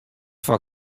foar